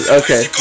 okay